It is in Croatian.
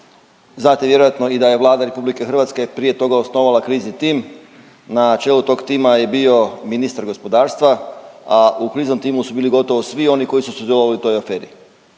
znate vjerojatno i da je Vlada RH prije toga osnovala krizni tim. Na čelu tog tima je bio ministar gospodarstva, a u kriznom timu su bili gotovo svi oni koji su sudjelovati u toj aferi.